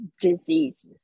diseases